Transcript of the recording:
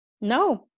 No